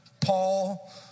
Paul